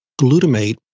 glutamate